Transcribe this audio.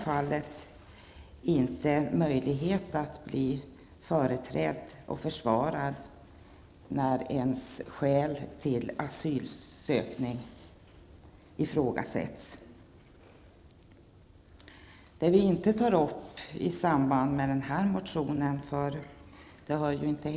Man kan inte bli företrädd och försvarad när skälet till att man söker asyl ifrågasätts. Vi skulle för vår del vilja ha ett system med prövningsnämnder även i första instans.